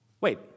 Wait